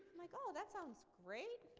like, oh, that sounds great.